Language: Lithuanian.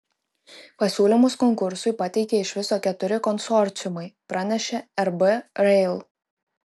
pasiūlymus konkursui pateikė iš viso keturi konsorciumai pranešė rb rail